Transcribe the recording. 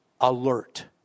Alert